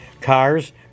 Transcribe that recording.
Cars